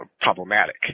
problematic